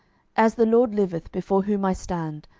as the lord liveth, before whom i stand,